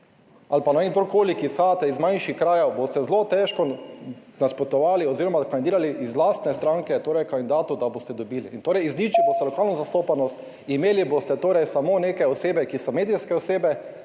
Ali pa ne vem, kdorkoli, ki izhajate iz manjših krajev, boste zelo težko nasprotovali oziroma kandidirali iz lastne stranke torej kandidatu, da boste dobili. In torej izničili boste lokalno zastopanost, imeli boste torej samo neke osebe, ki so medijske osebe,